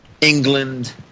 England